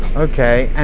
okay.